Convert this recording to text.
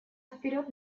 вперед